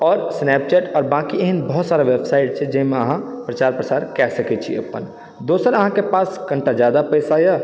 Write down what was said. आओर स्नेपचैट आओर बाकि एहन बहुत सारा व्यवसाय छै जाहिमे अहॉँ प्रचार प्रसार कए सकै छी अपन दोसर अहाँके पास कनिटा ज्यादा पैसा यऽ